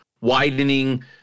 widening